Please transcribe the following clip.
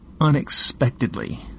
Unexpectedly